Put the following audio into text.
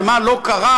ומה לא קרה,